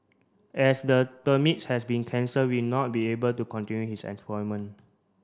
as the permits has been cancelled we not be able to continue his employment